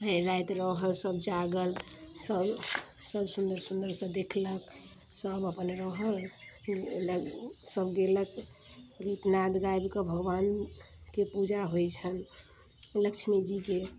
भरि राति रहल सब जागल सब सुन्दर सुन्दरसँ देखलक सब अपन रहल सब गेलक गीत नादि गाबिके भगवानके पूजा होइ छनि लक्ष्मी जीके